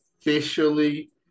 officially